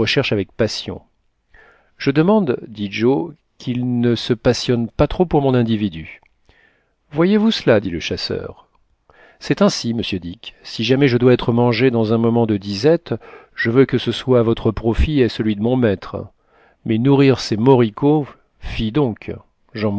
recherchent avec passion je demande dit joe qu'ils ne se passionnent pas trop pour mon individu voyez-vous cela dit le chasseur c'est ainsi monsieur dick si jamais je dois être mangé dans un moment de disette je veux que ce soit à votre profit et à celui de mon maître mais nourrir ces moricauds fi donc